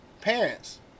parents